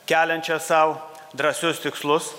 keliančia sau drąsius tikslus